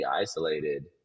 isolated